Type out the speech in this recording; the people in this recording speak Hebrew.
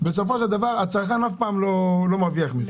בסופו של דבר הצרכן אף פעם לא מרוויח מזה.